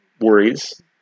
worries